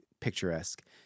picturesque